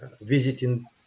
visiting